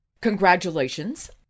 Congratulations